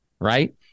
right